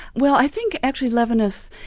well, i think actually levinas